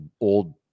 old